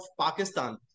Pakistan